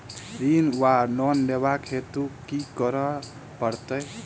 ऋण वा लोन लेबाक हेतु की करऽ पड़त?